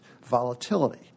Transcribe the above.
Volatility